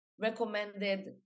recommended